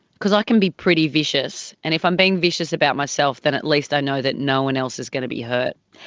because i can be pretty vicious, and if i'm being vicious about myself then at least i know that no one else is going to be hurt.